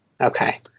Okay